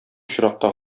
очракта